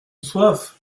soif